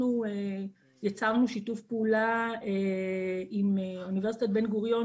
יצרנו שיתוף פעולה עם אוניברסיטת בן גוריון